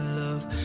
love